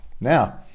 Now